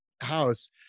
house